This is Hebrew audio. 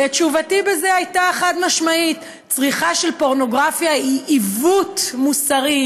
תשובתי הייתה חד-משמעית: צריכה של פורנוגרפיה היא עיוות מוסרי,